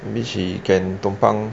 then she can tumpang